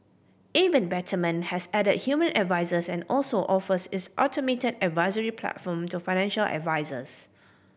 even Betterment has added human advisers and also offers its automated advisory platform to financial advisers